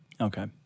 Okay